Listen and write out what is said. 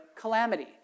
calamity